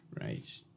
right